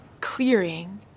clearing